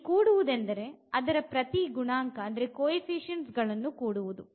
ಇಲ್ಲಿ ಕೂಡುವುದೆಂದರೆ ಅದರ ಪ್ರತಿ ಗುಣಾಂಕ ಗಳನ್ನು ಕೂಡಿಸುವುದು